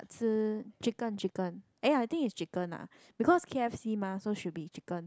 Katsu chicken chicken eh I think it's chicken ah because k_f_c mah so should be chicken